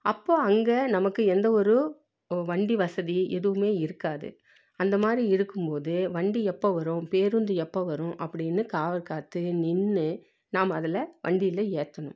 அப்போ அங்கே நமக்கு எந்த ஒரு வண்டி வசதி எதுவும் இருக்காது அந்த மாதிரி இருக்கும் போது வண்டி எப்போ வரும் பேருந்து எப்போ வரும் அப்படினு காவல் காத்து நின்று நாம் அதில் வண்டியில் ஏற்றணும்